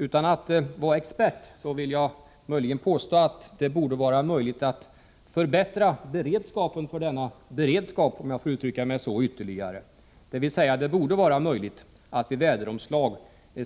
Utan att vara expert vågar jag dock påstå att det borde vara möjligt att ytterligare förbättra beredskapen för denna beredskap, om jag får uttrycka mig så. Det borde gå att vid väderomslag